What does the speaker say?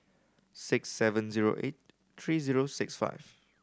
six seven zero eight three zero six five